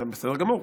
בסדר גמור.